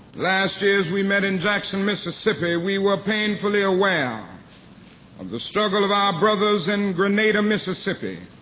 last year as we met in jackson, mississippi, we were painfully aware um of the struggle of our brothers in grenada, mississippi.